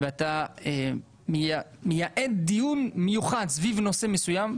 ואתה מייעד דיון מיוחד סביב נושא מסוים,